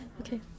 Okay